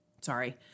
Sorry